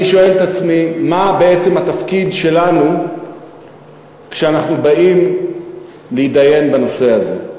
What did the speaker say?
אני שואל את עצמי מה בעצם התפקיד שלנו כשאנחנו באים להתדיין בנושא הזה.